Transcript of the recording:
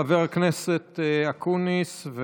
חבר הכנסת אקוניס.